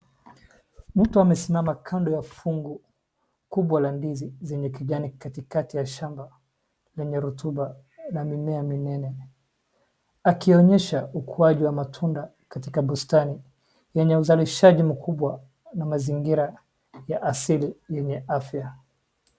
Mtu amesimama kando ya fungu kubwa la ndizi zenye kijani katikati ya shamba lenye rotuba na mimea minene akionyesha ukwaju wa matunda katika bustani yenye uzalishaji mkubwa na mazingira ya asili yenye afya.